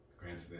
Granted